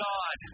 God